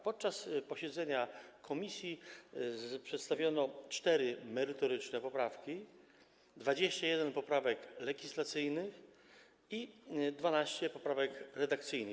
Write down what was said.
Podczas posiedzenia komisji przedstawiono cztery merytoryczne poprawki, 21 poprawek legislacyjnych i 12 poprawek redakcyjnych.